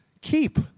keep